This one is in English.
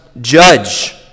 judge